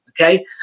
Okay